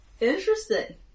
Interesting